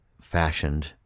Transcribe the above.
fashioned